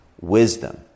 wisdom